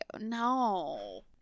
No